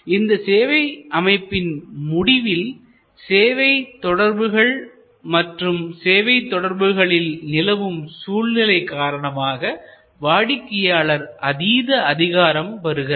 இந்த சேவை அமைப்பின் முடிவில் சேவை தொடர்புகள் மற்றும் சேவை தொடர்புகளில் நிலவும் சூழ்நிலை காரணமாக வாடிக்கையாளர் அதீத அதிகாரம் பெறுகிறார்